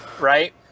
right